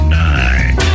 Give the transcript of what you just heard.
nine